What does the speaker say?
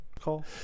Call